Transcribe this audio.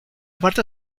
parte